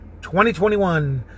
2021